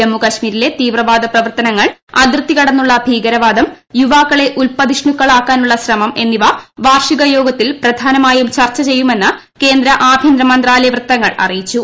ജമ്മുകാശ്മീരിലെ തീവ്രവാദ പ്രവർത്തനങ്ങൾ അതിർത്തി കടന്നുള്ള ഭീകരവാദം യുവാക്കളെ ഉൽപ്പതിഷ്ണുക്കൾ ആക്കാനുള്ള ശ്രമം എന്നിവ വാർഷിക യോഗത്തിൽ പ്രധാനമായും ചർച്ച ചെയ്യുമെന്ന് കേന്ദ്ര ആഭ്യന്തര മന്ത്രാലയ വൃത്തങ്ങൾ അറിയിച്ചു